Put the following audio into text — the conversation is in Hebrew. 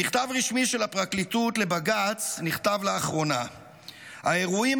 במכתב רשמי של הפרקליטות לבג"ץ נכתב לאחרונה: "האירועים